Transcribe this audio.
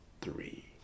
three